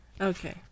Okay